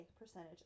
percentage